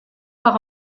par